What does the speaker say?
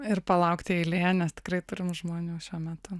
ir palaukti eilėje nes tikrai turim žmonių šiuo metu